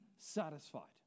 satisfied